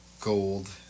gold